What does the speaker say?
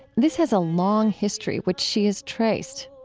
this has a long history, which she has traced.